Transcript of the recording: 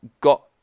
got